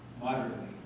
moderately